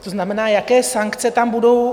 To znamená, jaké sankce tam budou?